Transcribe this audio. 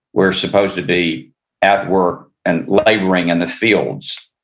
we're supposed to be at work and laboring in the fields.